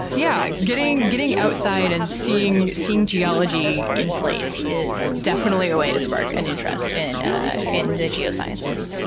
yeah, getting getting outside and seeing seeing geology in place is definitely a way to spark an interest in ah in the geosciences.